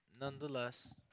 nonetheless